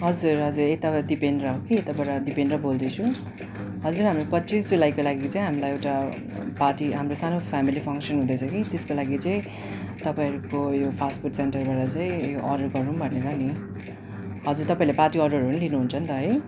हजुर हजुर यताबाट दिपेन्द्र कि यताबाट दिपेन्द्र बोल्दैछु हजुर हाम्रो पच्चिस जुलाईको लागि चाहिँ हामीलाई एउटा पार्टी हाम्रो सानु फेमिली फङ्सन हुँदैछ कि त्यसको लागि चाहिँ तपाईँहरूको यो फास्टफुड सेन्टरबाट चाहिँ उयो अर्डर गरौँ भनेर नि हजुर तपाईँहरूले पार्टी अर्डरहरू पनि लिनु हुन्छ नि त है